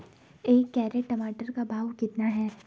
एक कैरेट टमाटर का भाव कितना है?